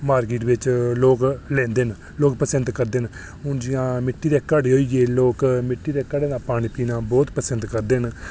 market बिच लोक लैंदे न लोक पसंद करदे न हून जि'यां मिट्टी दे घड़े होइये लोक मिट्टी दे घड़ें दा पानी पीना बहुत पसंद करदे न